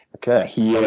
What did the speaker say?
okay. he,